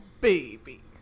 Baby